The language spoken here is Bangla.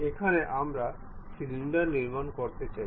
এখানে আমরা সিলিন্ডার নির্মাণ করতে চাই